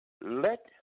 let